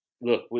look